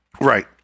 right